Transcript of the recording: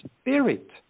spirit